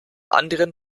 anderen